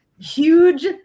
Huge